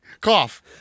Cough